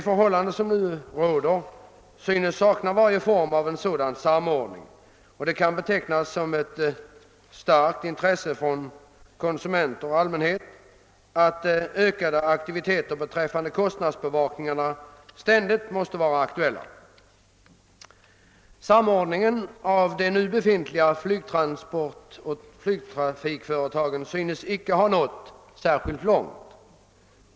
Varje sådan form av samordning saknas nu, och det är ett starkt intresse för konsumenterna att kostnadsutvecklingen ständigt bevakas. Samordningen i de nuvarande trafikföretagen synes inte ha nått särskilt långt.